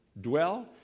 dwell